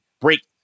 break